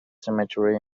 cemetery